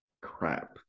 crap